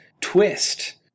twist